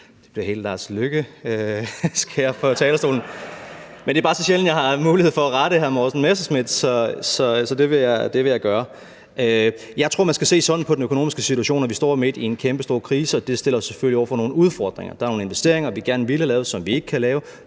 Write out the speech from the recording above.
det er helt Lars Løkkeagtigt her fra talerstolen. (Munterhed). Men det er bare så sjældent, at jeg har mulighed for at rette hr. Morten Messerschmidt, så det vil jeg gøre. Jeg tror, at man skal se sådan på den økonomiske situation, nemlig at vi står midt i en kæmpestor krise, og det stiller os selvfølgelig over for nogle udfordringer. Der er nogle investeringer, vi gerne ville have lavet, som vi ikke kan lave;